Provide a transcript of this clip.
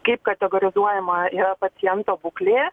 kaip kategorizuojama yra paciento būklė